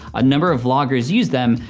a number of vloggers use them,